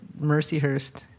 Mercyhurst